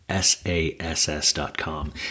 SASS.com